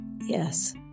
yes